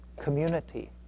community